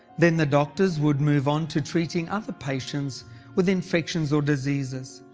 then the doctors would move on to treating other patients with infections or diseases.